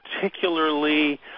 particularly